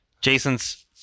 Jason's